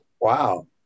wow